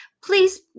please